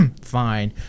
fine